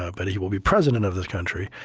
ah but he will be president of this country.